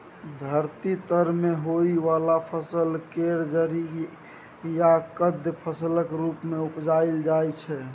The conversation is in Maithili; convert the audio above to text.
धरती तर में होइ वाला फसल केर जरि या कन्द फसलक रूप मे उपजाइल जाइ छै